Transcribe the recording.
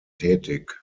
tätig